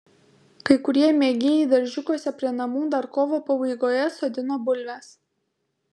kai kurie mėgėjai daržiukuose prie namų dar kovo pabaigoje sodino bulves